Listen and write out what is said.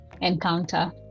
encounter